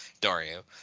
Dario